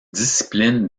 discipline